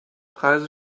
preise